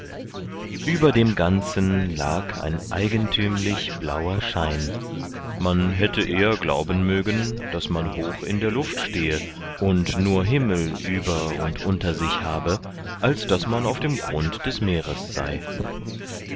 über dem ganzen lag ein eigentümlich blauer schein man hätte eher glauben mögen daß man hoch in der luft stehe und nur himmel über und unter sich habe als daß man auf dem grund des meeres sei